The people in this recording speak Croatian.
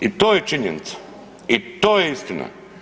I to je činjenica i to je istina.